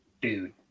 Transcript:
dude